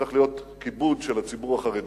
צריך להיות כיבוד של הציבור החרדי.